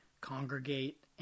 congregate